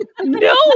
No